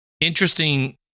interesting